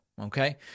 Okay